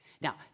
Now